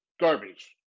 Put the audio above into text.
garbage